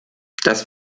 das